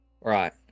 Right